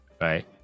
right